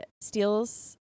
steals